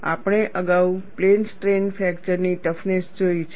આપણે અગાઉ plane strain ફ્રેક્ચરની ટફનેસ જોઈ છે